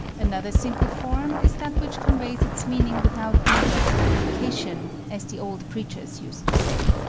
another simple form is that which conveys its meaning without need of application, as the old preachers used to say.